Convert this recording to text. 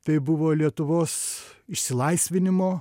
tai buvo lietuvos išsilaisvinimo